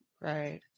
Right